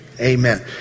Amen